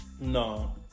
no